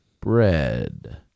bread